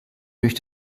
durch